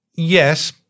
Yes